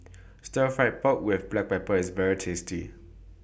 Stir Fry Pork with Black Pepper IS very tasty